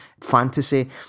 fantasy